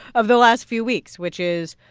of the last few weeks, which is,